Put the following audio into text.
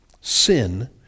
Sin